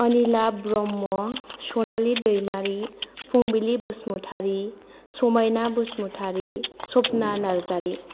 Anila Brahma Sanali Daimari Phumbili Basumatary Samayna Basumatary Sapna Narzary